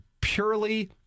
purely